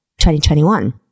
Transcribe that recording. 2021